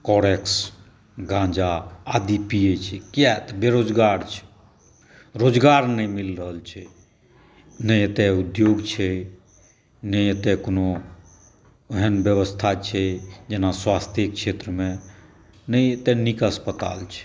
कोरेक्स गाँजा आदि पियै छै किआ तऽ बेरोजगार छै रोजगार नहि मिल रहल छै नहि एतऽ उद्योग छै नहि एते कोनो एहन व्यवस्था छै जेना स्वास्थ्य क्षेत्रमे नहि एतऽ नीक अस्पताल छै